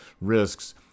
risks